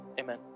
amen